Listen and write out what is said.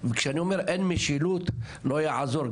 כשאני אומר שאין משילות, לא יעזור.